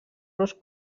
los